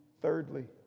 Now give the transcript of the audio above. thirdly